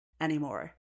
anymore